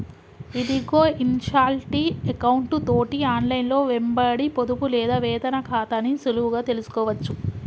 ఇదిగో ఇన్షాల్టీ ఎకౌంటు తోటి ఆన్లైన్లో వెంబడి పొదుపు లేదా వేతన ఖాతాని సులువుగా తెలుసుకోవచ్చు